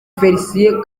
félicien